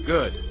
Good